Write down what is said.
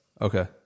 Okay